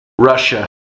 Russia